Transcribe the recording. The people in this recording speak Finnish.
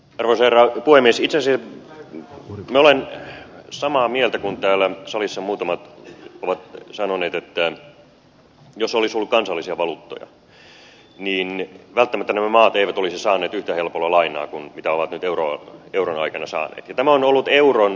itse asiassa minä olen samaa mieltä kuin täällä salissa muutamat ovat sanoneet että jos olisi ollut kansallisia valuuttoja niin välttämättä nämä maat eivät olisi saaneet yhtä helpolla lainaa kuin ovat nyt euron aikana saaneet ja tämä on ollut euron valuvika